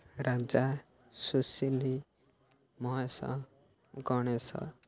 Raja Sushil Mahesh Ganesh